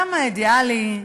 כמה אידיאלי,